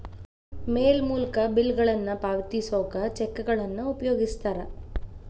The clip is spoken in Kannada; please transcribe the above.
ಮೇಲ್ ಮೂಲಕ ಬಿಲ್ಗಳನ್ನ ಪಾವತಿಸೋಕ ಚೆಕ್ಗಳನ್ನ ಉಪಯೋಗಿಸ್ತಾರ